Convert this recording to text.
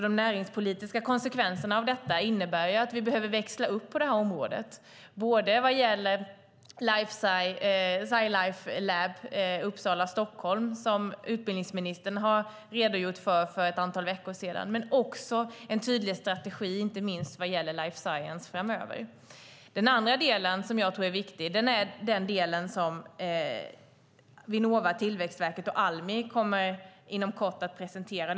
De näringspolitiska konsekvenserna av detta innebär alltså att vi framöver behöver växla upp på det här området, både vad gäller Sci Life Lab Uppsala-Stockholm som utbildningsministern redogjorde för för ett antal veckor sedan, och med en tydlig strategi inte minst vad gäller life science. Den andra del som jag tror är viktig är det som Vinnova, Almi och Tillväxtverket inom kort kommer att presentera.